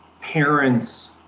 parents